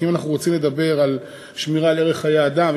כי אם אנחנו רוצים לדבר על שמירה על ערך חיי אדם,